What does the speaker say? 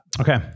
Okay